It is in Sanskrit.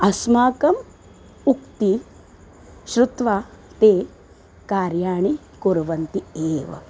अस्माकम् उक्तिः श्रुत्वा ते कार्याणि कुर्वन्ति एव